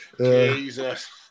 Jesus